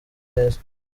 neza